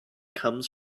comes